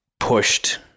pushed